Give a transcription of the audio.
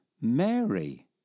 Mary